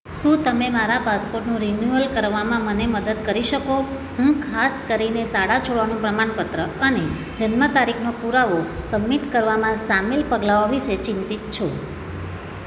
શું તમે મારા પાસપોર્ટનું રીન્યુઅલ કરવામાં મને મદદ કરી શકો હું ખાસ કરીને શાળા છોડવાનું પ્રમાણપત્ર અને જન્મ તારીખનો પુરાવો સબમિટ કરવામાં સામેલ પગલાંઓ વિશે ચિંતિત છું